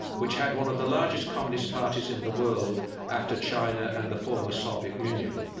which had one of the largest communist parties in the world after china and the former soviet union.